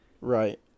Right